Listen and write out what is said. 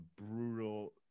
brutal